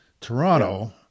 Toronto